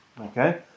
Okay